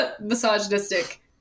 misogynistic